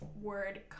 word